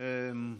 של